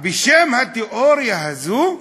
בשם התיאוריה הזאת,